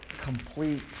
complete